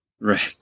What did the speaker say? Right